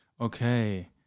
okay